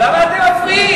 אבל למה אתם מפריעים?